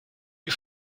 die